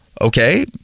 Okay